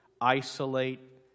isolate